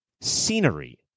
scenery